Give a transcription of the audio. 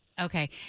Okay